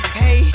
hey